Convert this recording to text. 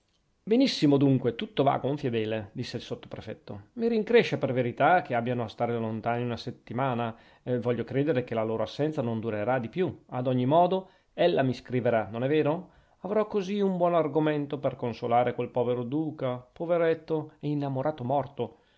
benissimo dunque tutto va a gonfie vele disse il sottoprefetto mi rincresce per verità che abbiano a stare lontani una settimana voglio credere che la loro assenza non durerà di più ad ogni modo ella mi scriverà non è vero avrò così un buon argomento per consolare quel povero duca poveretto è innamorato morto